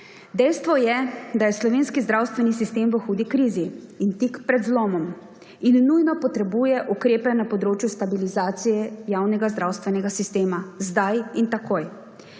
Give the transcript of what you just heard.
Dejstvo je, da je slovenski zdravstveni sistem v hudi krizi in tik pred zlomom. In nujno potrebuje ukrepe na področju stabilizacije javnega zdravstvenega sistema. Zdaj in takoj.